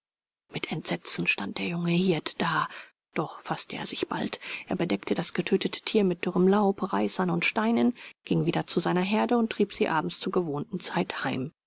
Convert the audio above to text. mit entsetzen stand der junge hirt da doch faßte er sich bald er bedeckte das getötete tier mit dürrem laub reisern und steinen ging wieder zu seiner herde und trieb sie abends zur gewohnten zeit heim